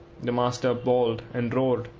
the master bawled and roared,